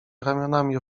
ramionami